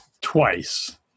twice